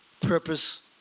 purpose